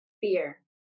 fear